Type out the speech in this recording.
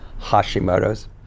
Hashimoto's